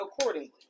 accordingly